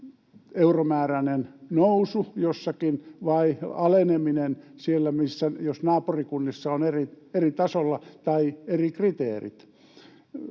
euromääräinen nousu jossakin vai aleneminen, jos se naapurikunnissa on eri tasolla tai on eri kriteerit.